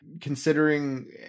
considering